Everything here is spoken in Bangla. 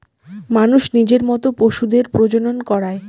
মানুষ নিজের মত পশুদের প্রজনন করায়